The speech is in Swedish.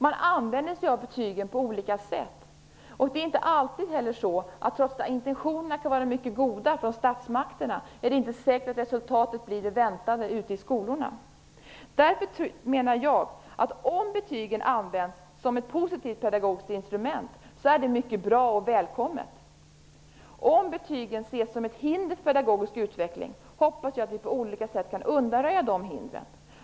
Man använder sig av betygen på olika sätt. Det är inte heller alltid säkert, trots att intentionerna från statsmakterna kan vara mycket goda, att resultatet blir det väntade ute i skolorna. Därför menar jag att om betygen används som ett positivt pedagogiskt instrument är det mycket bra och välkommet. Om betygen ses som ett hinder för pedagogisk utveckling, hoppas jag att vi på olika sätt kan undanröja de hindren.